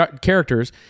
characters